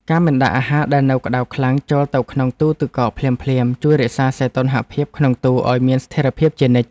ការមិនដាក់អាហារដែលនៅក្តៅខ្លាំងចូលទៅក្នុងទូរទឹកកកភ្លាមៗជួយរក្សាសីតុណ្ហភាពក្នុងទូរឱ្យមានស្ថិរភាពជានិច្ច។